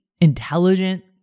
intelligent